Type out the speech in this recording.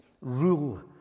rule